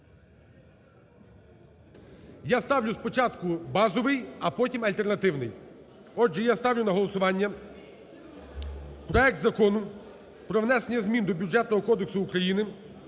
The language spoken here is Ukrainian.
Я ставлю спочатку базовий, а потім – альтернативний. Отже, я ставлю на голосування проект Закону про внесення змін до Бюджетного кодексу України